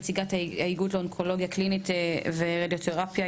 איגוד לאונקולוגיה קלינית ורדיותרפיה,